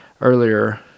earlier